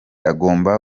agomba